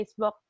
Facebook